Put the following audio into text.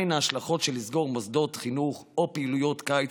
מהן ההשלכות של לסגור מוסדות חינוך או פעילויות קיץ,